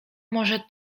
może